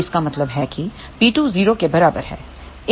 तो इसका मतलब है कि P2 0 के बराबर है